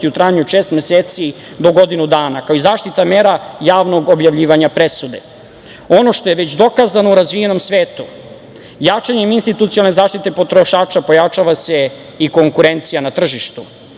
u trajanju od šest meseci do godinu dana, kao i zaštitna mera javnog objavljivanja presude. Ono što je već dokazano u razvijenom svetu, jačanjem institucionalne zaštite potrošača pojačava se i konkurencija na tržištu. Kada